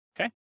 Okay